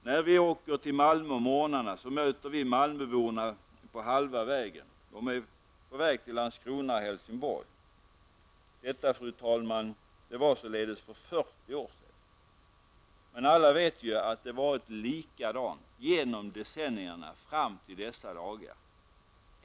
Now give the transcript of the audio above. ''När vi åker till Malmö om morgnarna så möter vi malmöborna på halva vägen. De är på väg till Landskrona och Detta, fru talman, var således för 40 år sedan. Men alla vet ju att det varit likadant gemom decennierna fram till dessa dagar.